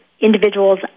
individuals